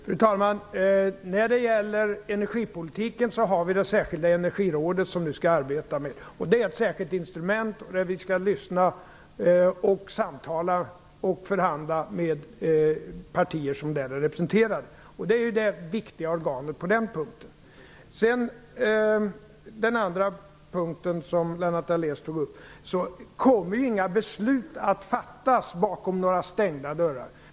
Fru talman! Det särskilda energirådet skall arbeta med frågor som rör energipolitiken. Rådet utgör ett särskilt instrument där vi skall lyssna, samtala och förhandla med de partier som är representerade. Det är det på den punkten viktiga organet. Vidare tog Lennart Daléus upp en annan punkt. Inga beslut kommer att fattas bakom stängda dörrar.